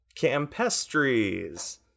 campestries